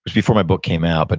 before my book came out, but